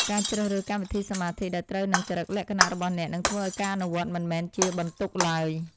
ការជ្រើសរើសកម្មវិធីសមាធិដែលត្រូវនឹងចរិតលក្ខណៈរបស់អ្នកនឹងធ្វើឱ្យការអនុវត្តមិនមែនជាបន្ទុកឡើយ។